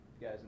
guys